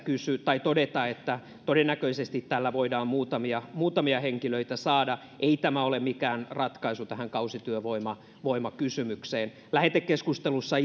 todeta että todennäköisesti tällä voidaan muutamia muutamia henkilöitä saada ei tämä ole mikään ratkaisu tähän kausityövoimakysymykseen lähetekeskustelussa